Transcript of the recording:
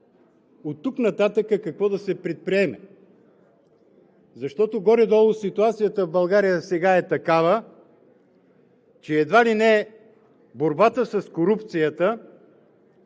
оттук нататък какво да се предприеме, защото горе-долу ситуацията в България сега е такава, че едва ли не борбата с корупцията